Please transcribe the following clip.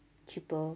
cheaper